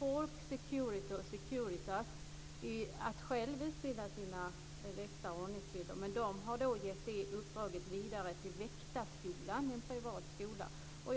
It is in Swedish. Falck Security och Securitas i uppgift att själva utbilda sina väktare och ordningsvakter, men de har gett det uppdraget vidare till Väktarskolan - en privat skola.